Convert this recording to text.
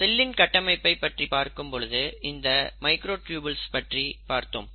செல்லின் கட்டமைப்பை பற்றி பார்க்கும் பொழுது இந்த மைக்ரோட்யூபில்ஸ் பற்றி பார்த்தோம்